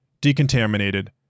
decontaminated